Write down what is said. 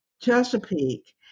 Chesapeake